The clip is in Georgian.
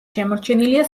შემორჩენილია